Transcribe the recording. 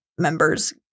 Members